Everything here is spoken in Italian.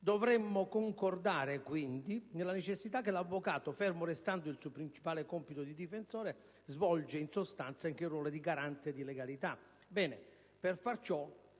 Dovremmo concordare quindi sulla necessità che l'avvocato, fermo restando il suo principale compito di difensore, svolga in sostanza anche il ruolo di «garante di legalità». Per fare